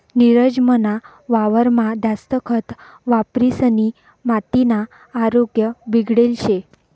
नीरज मना वावरमा जास्त खत वापरिसनी मातीना आरोग्य बिगडेल शे